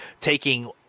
taking